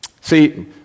See